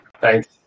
Thanks